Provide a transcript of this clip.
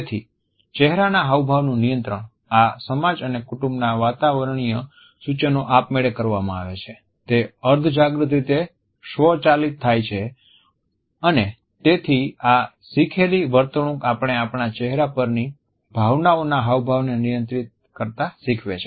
તેથી ચહેરાના હાવભાવનું નિયંત્રણ આ સમાજ અને કુટુંબના વાતાવરણીય સૂચનો આપમેળે કરવામાં આવે છે તે અર્ધજાગૃત રીતે સ્વચાલિત થાય છે અને તેથી આ શીખેલી વર્તણૂક આપણે આપણા ચહેરા પરની ભાવનાઓના હાવભાવને નિયંત્રિત કરતા શીખવે છે